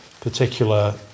particular